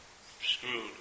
screwed